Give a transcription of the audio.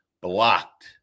Blocked